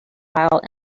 file